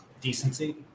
decency